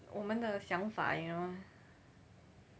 我们的想法 you know